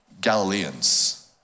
galileans